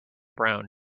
brown